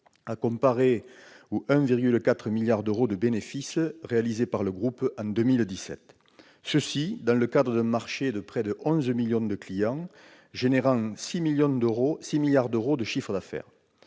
à comparer au 1,4 milliard d'euros de bénéfices réalisés par le groupe en 2017, ceci dans le cadre d'un marché de 11 millions de clients générant 6 milliards d'euros de chiffre d'affaires.